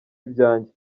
ibyanjye